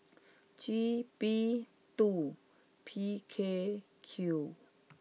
G B two P K Q